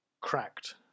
cracked